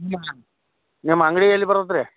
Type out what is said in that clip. ನಿಮ್ಮ ಅಂಗಡಿ ಎಲ್ಲಿ ಬರುತ್ತೆ ರೀ